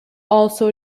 also